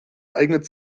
eignet